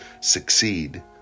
succeed